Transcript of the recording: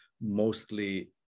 mostly